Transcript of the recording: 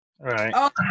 right